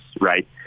right